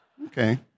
Okay